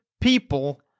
people